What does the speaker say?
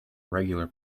regular